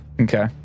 Okay